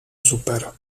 super